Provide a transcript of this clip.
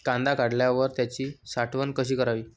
कांदा काढल्यावर त्याची साठवण कशी करावी?